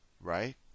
right